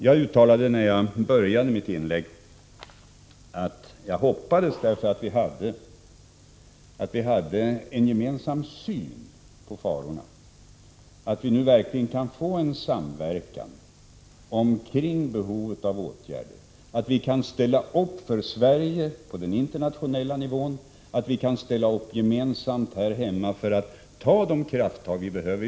Jag började mitt inlägg med att säga att jag hoppas att eftersom vi har en gemensam syn på farorna skall vi nu verkligen kunna få en samverkan omkring behovet av åtgärder. Vi bör kunna ställa upp för Sverige på den internationella nivån och gemensamt här hemma för att ta de krafttag som behövs.